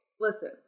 listen